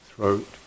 throat